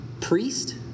Priest